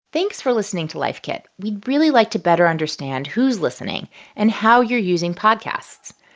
thanks for listening to life kit. we'd really like to better understand who's listening and how you're using podcasts.